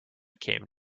came